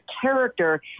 character